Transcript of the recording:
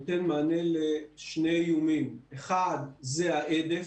נותן מענה לשני איומים: אחד זה ההדף,